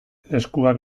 eskuak